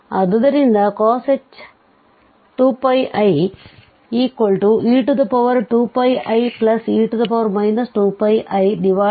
ಆದ್ದರಿಂದ 2πi e2πie 2πi2cos2π1